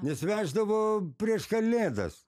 nes veždavo prieš kalėdas